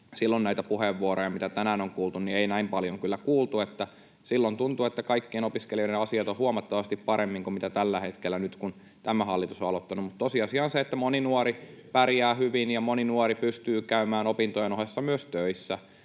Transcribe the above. silloin näitä puheenvuoroja, mitä tänään on kuultu, ei näin paljon kyllä kuultu. Silloin tuntui, että kaikkien opiskelijoiden asiat olivat huomattavasti paremmin kuin tällä hetkellä, nyt kun tämä hallitus on aloittanut, mutta tosiasia on, että moni nuori pärjää hyvin ja moni nuori pystyy käymään opintojen ohessa myös töissä.